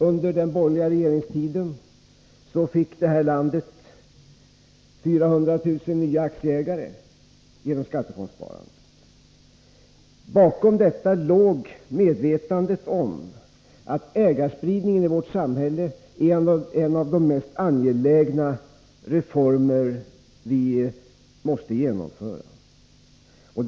Under den borgerliga regeringstiden fick det här landet 400 000 nya aktieägare genom skattefondssparandet. Bakom detta låg medvetandet om att ägarspridning är en av de mest anglägena reformer vi måste genomföra i vårt samhälle.